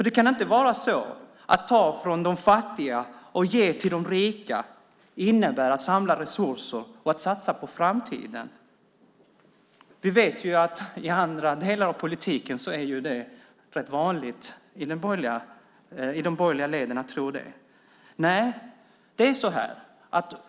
Det kan inte vara så att ta från de fattiga och ge till de rika innebär att samla resurser och satsa på framtiden. Vi vet att i andra delar av politiken är det i de borgerliga leden rätt vanligt att tro det.